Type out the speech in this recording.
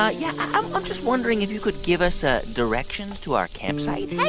ah yeah, i'm just wondering if you could give us ah directions to our campsite